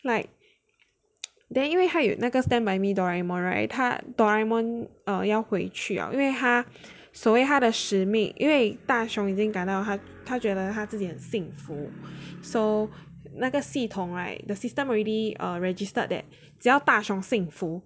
like then 因为他有那个 stand by me Doraemon right 他 Doraemon 要回去 liao 因为他所谓他的使命因为大熊已经感到他觉得他自己很幸福 so 那个系统 right the system already err registered that 只要大雄幸福